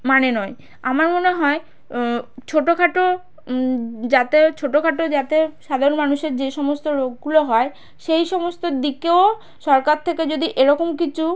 মানে নয় আমার মনে হয় ছোটো খাটো যাতেও ছোটো খাটো যাতে সাধারণ মানুষের যে সমস্ত রোগগুলো হয় সেই সমস্তর দিকেও সরকার থেকে যদি এরকম কিছু